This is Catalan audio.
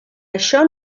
això